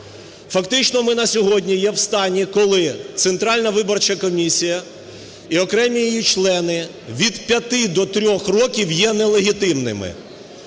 Фактично ми на сьогодні є в стані, коли Центральна виборча комісія і окремі її члени від 5 до 3 років є нелегітимними.